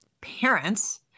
parents